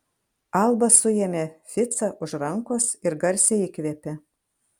alba suėmė ficą už rankos ir garsiai įkvėpė